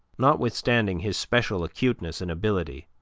notwithstanding his special acuteness and ability,